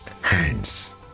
hands